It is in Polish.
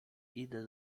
idę